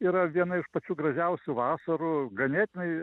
yra viena iš pačių gražiausių vasarų ganėtinai